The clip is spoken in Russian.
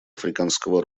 африканского